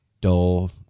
dull